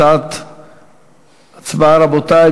הצבעה, רבותי.